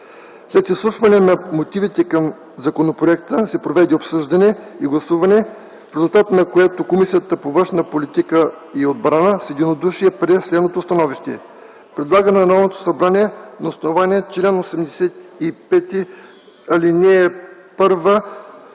След изслушването на мотивите към законопроекта се проведе обсъждане и гласуване, в резултат на което Комисията по външна политика и отбрана с единодушие прие следното становище: Предлага на Народното събрание, на основание чл. 85, ал. 1,